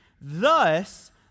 Thus